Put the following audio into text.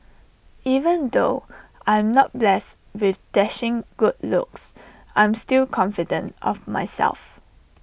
even though I'm not blessed with dashing good looks I am still confident of myself